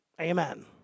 Amen